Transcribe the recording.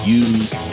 use